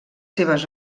seves